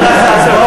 אל תבנה על זה.